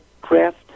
craft